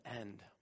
end